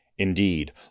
Indeed